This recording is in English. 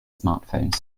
smartphones